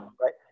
right